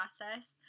process